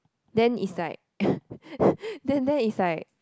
then is like then there is like